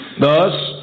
Thus